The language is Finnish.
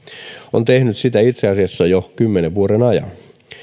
on tehnyt sitä itse asiassa jo kymmenen vuoden ajan